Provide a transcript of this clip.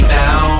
now